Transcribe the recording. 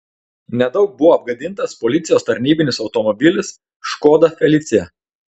nedaug buvo apgadintas policijos tarnybinis automobilis škoda felicia